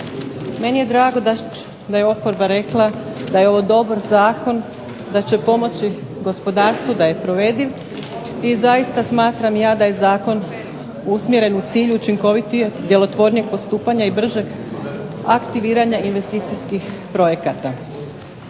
meni je drago da je oporba rekla da je ovo dobar zakon, da će pomoći gospodarstvu, da je provediv i zaista smatram ja da je zakon usmjeren u cilju učinkovitijeg i djelotvornijeg postupanja i bržeg aktiviranja investicijskih projekta.